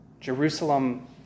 Jerusalem